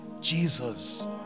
Jesus